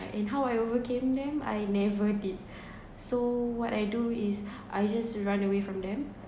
and how I overcame them I never did so what I do is I just run away from them